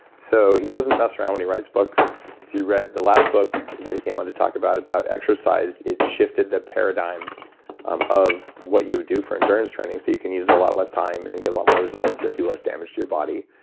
so he doesn't mess around when he writes books. if you've read the last book that he came on to talk about about exercise, it shifted the paradigm um of what you would do for endurance training, so you can use a lot less time and get a lot more results and do less damage to your body.